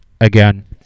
again